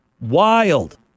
Wild